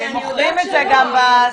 מוכרים את זה גם בזה,